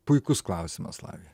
puikus klausimas lavija